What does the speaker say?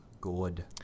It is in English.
Good